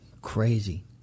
Crazy